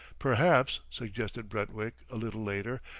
perhaps, suggested brentwick a little later,